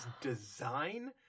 design